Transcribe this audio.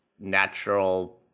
natural